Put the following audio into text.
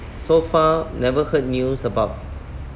so far never heard news about